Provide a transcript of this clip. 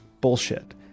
Bullshit